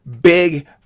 big